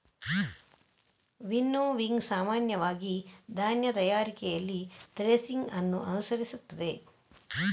winnowing ಸಾಮಾನ್ಯವಾಗಿ ಧಾನ್ಯ ತಯಾರಿಕೆಯಲ್ಲಿ ಥ್ರೆಸಿಂಗ್ ಅನ್ನು ಅನುಸರಿಸುತ್ತದೆ